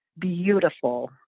beautiful